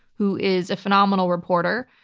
who is a phenomenal reporter,